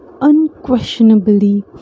unquestionably